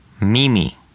mimi